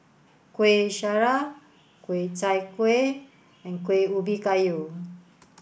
Kuih Syara Ku Chai Kuih and Kueh Ubi Kayu